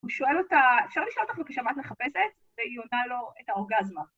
הוא שואל אותה, אפשר לשאול אותך בבקשה מה את מחפשת? והיא עונה לו את האורגזמה.